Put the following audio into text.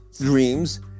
dreams